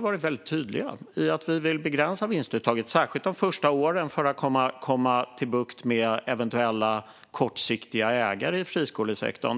varit väldigt tydliga med att vi vill begränsa vinstuttaget, särskilt de första åren för att få bukt med eventuella kortsiktiga ägare i friskolesektorn.